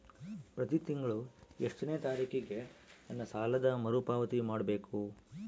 ಪ್ರತಿ ತಿಂಗಳು ಎಷ್ಟನೇ ತಾರೇಕಿಗೆ ನನ್ನ ಸಾಲದ ಮರುಪಾವತಿ ಮಾಡಬೇಕು?